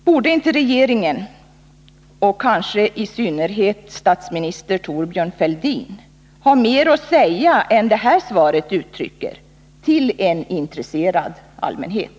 Borde inte regeringen och kanske i all synnerhet statsminister Thorbjörn Fälldin ha mer att säga än det här svaret uttrycker till en intresserad allmänhet?